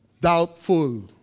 doubtful